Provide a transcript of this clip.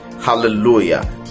Hallelujah